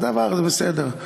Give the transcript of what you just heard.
אז דוור זה בסדר,